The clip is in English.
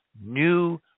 new